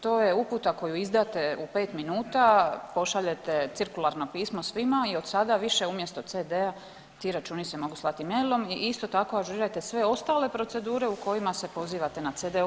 To je uputa koju izdate u 5 minuta, pošaljete cirkularno pismo svima i od sada više umjesto CD-a ti računi se mogu slati mailom i isto tako ažurirajte sve ostale procedure u kojima se pozivate na CD-ove.